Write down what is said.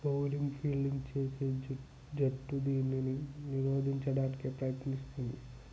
bowling fielding చేసే జట్టు దీనిని నిరోధించడానికి ప్రయత్నిస్తుంది